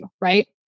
right